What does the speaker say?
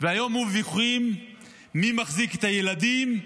והיום הוא בוויכוחים מי מחזיק את הילדים,